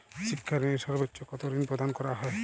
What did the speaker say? শিক্ষা ঋণে সর্বোচ্চ কতো ঋণ প্রদান করা হয়?